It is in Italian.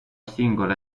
singolo